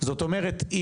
זאת אומרת,